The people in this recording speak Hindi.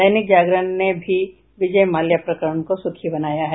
दैनिक जागरण ने भी विजय माल्या प्रकरण को सुर्खी बनाया है